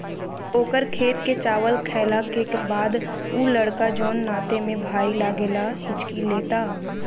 ओकर खेत के चावल खैला के बाद उ लड़का जोन नाते में भाई लागेला हिच्की लेता